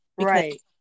right